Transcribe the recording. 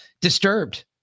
Disturbed